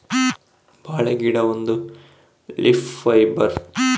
ಬಾಳೆ ಗಿಡ ಒಂದು ಲೀಫ್ ಫೈಬರ್